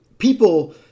People